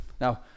Now